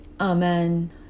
Amen